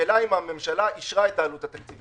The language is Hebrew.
השאלה היא האם הממשלה אישרה את העלות התקציבית.